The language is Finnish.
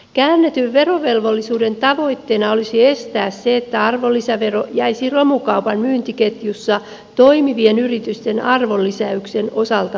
käännetyn verovelvollisuuden tavoitteena olisi estää se että arvonlisävero jäisi romukaupan myyntiketjussa toimivien yritysten arvonlisäyksen osalta maksamatta